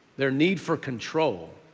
their need for control.